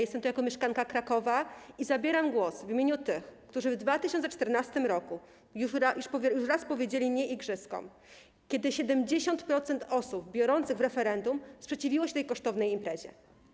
Jestem tu jako mieszkanka Krakowa i zabieram głos w imieniu tych, którzy w 2014 r. już raz powiedzieli: nie igrzyskom, kiedy 70% osób biorących udział w referendum sprzeciwiło się tej kosztownej imprezie.